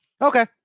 Okay